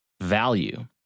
Value